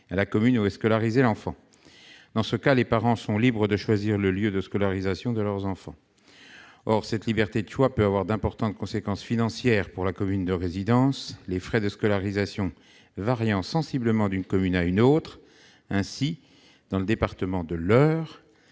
à la commune où est scolarisé l'enfant. Dans ce cas, les parents sont libres de choisir le lieu de scolarisation de leurs enfants. Or cette liberté de choix peut avoir d'importantes conséquences financières pour la commune de résidence, les frais de scolarisation variant sensiblement d'une commune à une autre. Ainsi, dans le département de l'Eure,